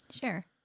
Sure